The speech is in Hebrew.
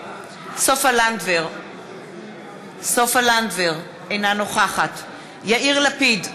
סופה לנדבר, אינה נוכחת יאיר לפיד,